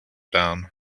down